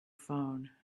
phone